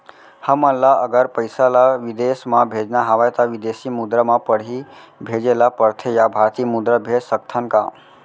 हमन ला अगर पइसा ला विदेश म भेजना हवय त विदेशी मुद्रा म पड़ही भेजे ला पड़थे या भारतीय मुद्रा भेज सकथन का?